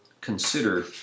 consider